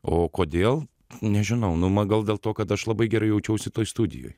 o kodėl nežinau numa gal dėl to kad aš labai gerai jaučiausi toj studijoj